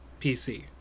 PC